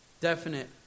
definite